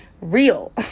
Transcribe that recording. real